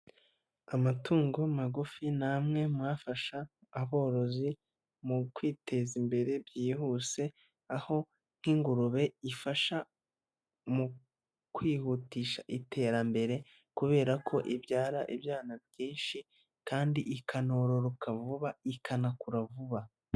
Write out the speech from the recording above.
Amatungo magufi na amwe mwafasha aborozi mu kwiteza imbere byihuse, aho nk'ingurube ifasha mu kwihutisha iterambere kubera ko ibyara ibyana byinshi kandi ikanororoka vuba ikanakura vuba.